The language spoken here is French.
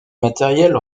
matériel